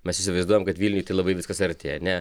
mes įsivaizduojam kad vilniuj tai labai viskas arti ar ne